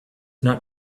not